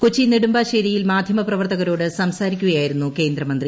കൊച്ചി നെടുമ്പാശേരിയിൽ മാധ്യമപ്രവർത്തകരോട് സംസാരിക്കുകയായിരുന്നു കേന്ദ്രമന്ത്രി